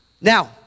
Now